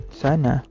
sana